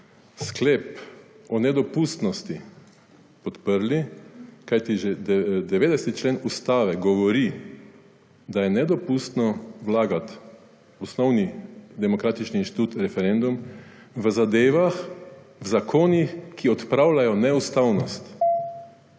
sklep o nedopustnosti podprla, kajti že 90. člen Ustave govori, da je nedopustno vlagati osnovni demokratični inštitut referendum v zadevah, zakonih, ki odpravljajo neustavnost.